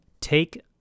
take